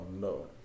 no